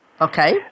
Okay